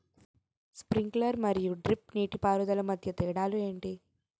Sprinkler మరియు drip నీటిపారుదల మధ్య తేడాలు ఏంటి?